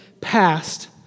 past